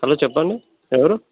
hello చెప్పండి ఎవరు